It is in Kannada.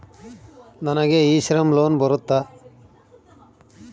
ನನಗೆ ಇ ಶ್ರಮ್ ಲೋನ್ ಬರುತ್ತಾ?